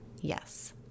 Yes